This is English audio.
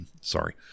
Sorry